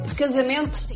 casamento